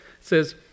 says